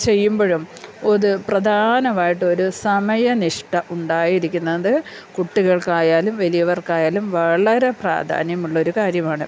ചെയ്യുമ്പോഴും ഒരു പ്രധാനമായിട്ട് ഒരു സമയനിഷ്ട ഉണ്ടായിരിക്കുന്നത് കുട്ടികൾക്കായാലും വലിയവർക്കായാലും വളരെ പ്രാധാന്യമുള്ള ഒരു കാര്യമാണ്